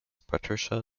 patricia